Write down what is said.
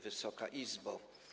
Wysoka Izbo!